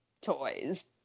toys